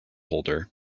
holder